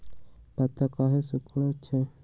पत्ता काहे सिकुड़े छई?